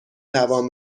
توان